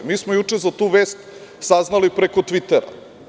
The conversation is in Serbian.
Mi smo juče za tu vest saznali preko „Tvitera“